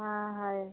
हाँ है